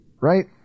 right